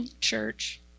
church